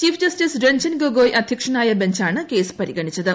chief justice Ranjan Gogoi അധ്യക്ഷനായ ബഞ്ചാണ് case പരിഗണിച്ചത്